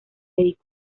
dedicó